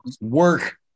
Work